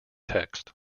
text